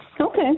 Okay